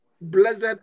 blessed